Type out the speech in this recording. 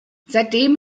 seitdem